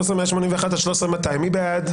13,121 עד 13,140, מי בעד?